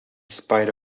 spite